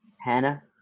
Hannah